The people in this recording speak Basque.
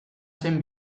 zen